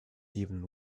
even